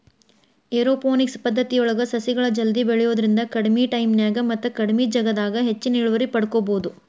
aeroponics ಪದ್ದತಿಯೊಳಗ ಸಸಿಗಳು ಜಲ್ದಿ ಬೆಳಿಯೋದ್ರಿಂದ ಕಡಿಮಿ ಟೈಮಿನ್ಯಾಗ ಮತ್ತ ಕಡಿಮಿ ಜಗದಾಗ ಹೆಚ್ಚಿನ ಇಳುವರಿ ಪಡ್ಕೋಬೋದು